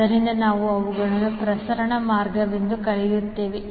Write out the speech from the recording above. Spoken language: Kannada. ಆದ್ದರಿಂದ ನಾವು ಅವುಗಳನ್ನು ಪ್ರಸರಣ ಮಾರ್ಗವೆಂದು ಕರೆಯುತ್ತೇವೆ